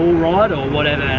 ride, or whatever,